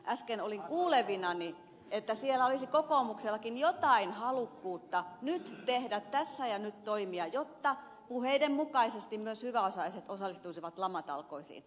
äsken olin kuulevinani että siellä olisi kokoomuksellakin jotain halukkuutta tehdä tässä ja nyt toimia jotta puheiden mukaisesti myös hyväosaiset osallistuisivat lamatalkoisiin